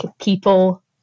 people